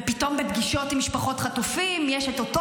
ופתאום בפגישות עם משפחות חטופים יש את אותו